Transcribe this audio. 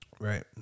Right